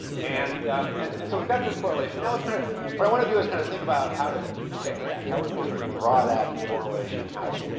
and and and so we've got this correlation. now, kind of what i want to do is kind of think about how to depict that. how would we sort of draw that correlation out?